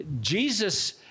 Jesus